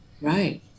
Right